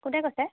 কোনে কৈছে